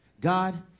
God